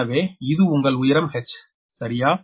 எனவே இது உங்கள் உயரம் h சரியா